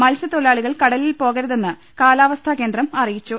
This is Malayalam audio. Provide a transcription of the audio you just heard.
മത്സ്യത്തൊഴിലാളികൾ കടലിൽ പോകരുതെന്ന് കാലാവസ്ഥാകേന്ദ്രം അറിയിച്ചു